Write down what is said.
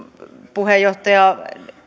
puheenjohtaja